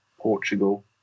Portugal